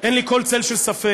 שאין לי כל צל של ספק,